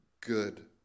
good